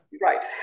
right